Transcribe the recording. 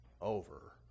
over